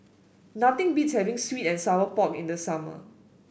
nothing beats having sweet and Sour Pork in the summer